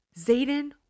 Zayden